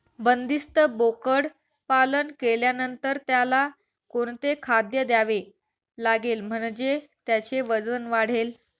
बंदिस्त बोकडपालन केल्यानंतर त्याला कोणते खाद्य द्यावे लागेल म्हणजे त्याचे वजन वाढेल?